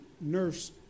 nurse